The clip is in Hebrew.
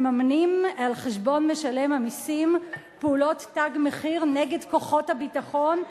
מממנים על חשבון משלם המסים פעולות "תג מחיר" נגד כוחות הביטחון,